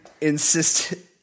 insisted